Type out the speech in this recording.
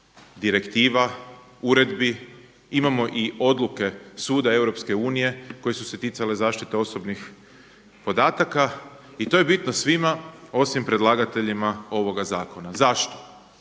direktiva, uredbi. Imamo i odluke Suda Europske unije koje su se ticale zaštite osobnih podataka i to je bitno svima osim predlagateljima ovoga zakona. Zašto?